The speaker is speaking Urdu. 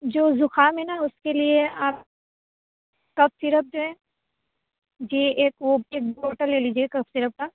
جو زکام ہے نا اس کے لیے آپ کف سیرپ جو ہے جی ایک وہ ایک بوٹل لے لیجیے کف سیرپ کا